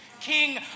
king